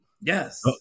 Yes